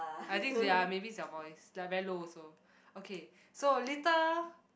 I think ya maybe it's your voice like very low also okay so little